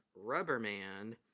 Rubberman